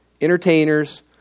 entertainers